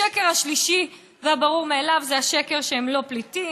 השקר השלישי והברור-מאליו זה השקר שהם לא פליטים,